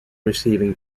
receiving